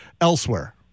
elsewhere